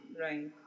Right